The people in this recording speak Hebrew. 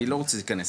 אני לא רוצה להיכנס.